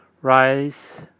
Rice